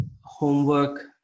homework